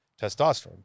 testosterone